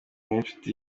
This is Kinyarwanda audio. w’inshuti